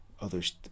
others